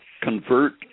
convert